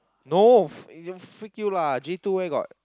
no f~ uh freak you lah J two where got